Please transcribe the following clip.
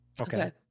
okay